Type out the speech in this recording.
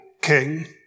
king